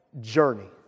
journey